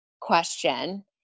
question